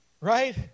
right